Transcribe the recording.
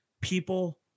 People